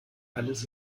alles